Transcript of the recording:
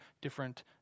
different